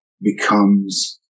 becomes